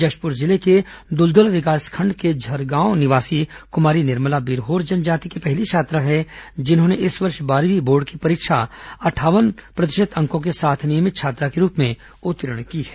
जंशपुर जिले के दलदला विकासखंड के ग्राम झरगांव निवासी कमारी निर्मला बिरहोर जनजाति की पहली छात्रा है जिन्होंने इस वर्षे बारहवीं बोर्ड की परीक्षा अंठावन प्रतिशत अंकों के साथ नियमित छात्रा के रूप में उत्तीर्ण की है